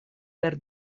per